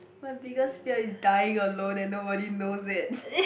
my biggest fear is dying alone and nobody knows it